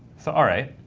so all right.